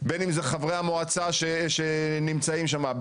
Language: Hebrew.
בין אם זה חברי המועצה שנמצאים שם,